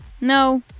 No